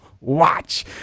watch